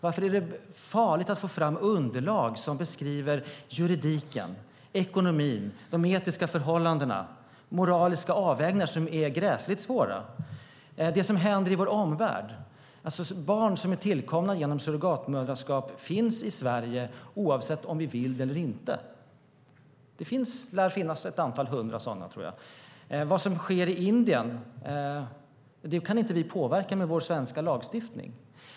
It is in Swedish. Varför är det farligt att få fram underlag som beskriver juridiken, ekonomin, de etiska förhållandena och moraliska avvägningar som är gräsligt svåra? Detta händer i vår omvärld. Barn som är tillkomna genom surrogatmoderskap finns i Sverige oavsett om vi vill det eller inte. Det lär finnas ett antal hundra sådana, tror jag. Vad som sker i Indien kan vi inte påverka med vår svenska lagstiftning.